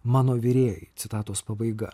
mano virėjai citatos pabaiga